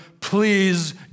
Please